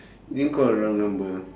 didn't call the wrong number ah